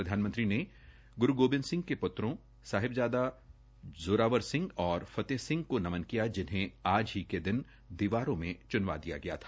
प्रधानमंत्री ने गुरू गोबिंद सिह के पुत्रों साहिबजादा ज़ोरावर सिह और फतेह सिंह को नमन किया जिन्हें आज के ही दिन दीवारों में च्नवा दिया गया था